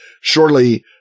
surely